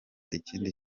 ikindi